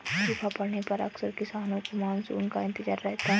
सूखा पड़ने पर अक्सर किसानों को मानसून का इंतजार रहता है